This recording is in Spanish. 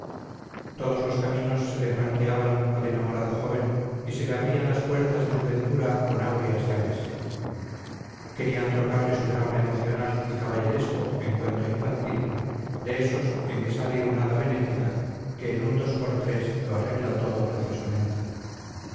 todos los caminos se le franqueaban al enamorado joven y se le abrían las puertas de su ventura con áureas llaves querían trocarle su drama emocional y caballeresco en cuento infantil de esos en que sale un hada benéfica que en un dos por tres lo arregla todo graciosamente